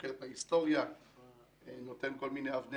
שסוקר את ההיסטוריה ונותן כל מיני אבני